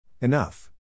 Enough